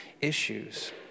issues